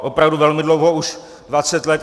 Opravdu velmi dlouho už dvacet let.